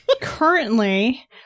currently